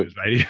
right?